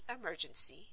emergency